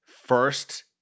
first